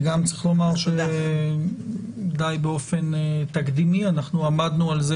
וגם צריך לומר שדי באופן תקדימי אנחנו עמדנו על זה